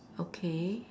okay